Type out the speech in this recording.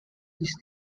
these